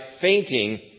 fainting